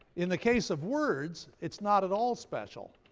in the case of words it's not at all special.